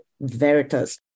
Veritas